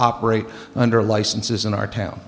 operate under licenses in our town